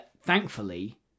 thankfully